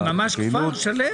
זה ממש כפר שלם?